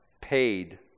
paid